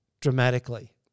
dramatically